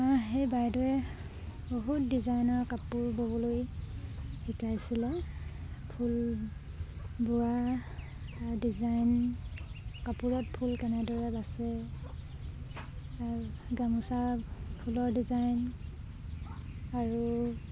মই সেই বাইদেউ বহুত ডিজাইনৰ কাপোৰ ববলৈ শিকাইছিলে ফুল বোৱা ডিজাইন কাপোৰত ফুল কেনেদৰে বাচে গামোচা ফুলৰ ডিজাইন আৰু